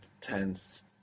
tense